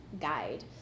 guide